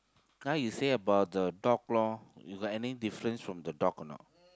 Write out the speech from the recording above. !huh! you say about the dog loh you got any difference from the dog or not